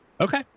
Okay